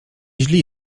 źli